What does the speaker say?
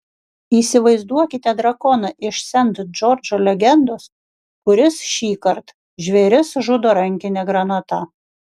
įsivaizduokite drakoną iš sent džordžo legendos kuris šįkart žvėris žudo rankine granata